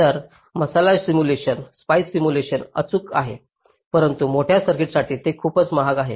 तर मसाला सिम्युलेशन अचूक आहे परंतु मोठ्या सर्किट्ससाठी ते खूपच महाग आहे